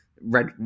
Red